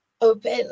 open